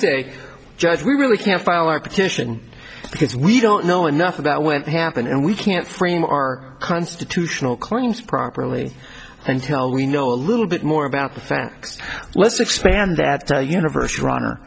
say judge we really can't file our petition because we don't know enough about when it happened and we can't frame our constitutional corning's properly until we know a little bit more about the facts let's expand that universe rahner